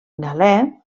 galè